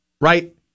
Right